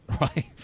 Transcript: right